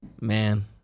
Man